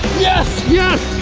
yes yes.